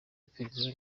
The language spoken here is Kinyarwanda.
iperereza